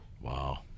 Wow